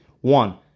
one